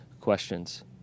questions